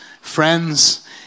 friends